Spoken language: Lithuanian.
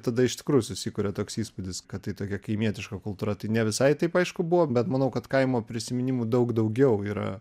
tada iš tikrųjų susikuria toks įspūdis kad tai tokia kaimietiška kultūra tai ne visai taip aišku buvo bet manau kad kaimo prisiminimų daug daugiau yra